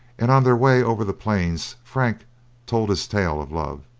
and on their way over the plains frank told his tale of love.